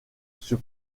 sur